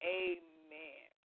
amen